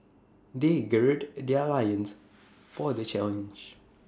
they gird their loins for the challenge